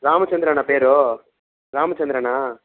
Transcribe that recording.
రామచంద్రనా పేరూ రామచంద్రనా